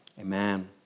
amen